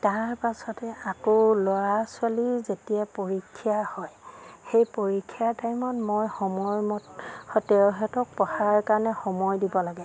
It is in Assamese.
তাৰ পাছতে আকৌ ল'ৰা ছোৱালীৰ যেতিয়া পৰীক্ষা হয় সেই পৰীক্ষাৰ টাইমত মই সময়মতে তেহেঁতক পঢ়াৰ কাৰণে সময় দিব লাগে